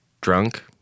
Drunk